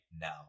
now